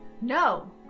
No